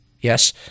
Yes